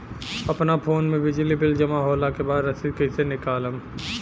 अपना फोन मे बिजली बिल जमा होला के बाद रसीद कैसे निकालम?